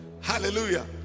hallelujah